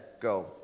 go